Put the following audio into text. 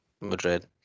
Madrid